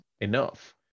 enough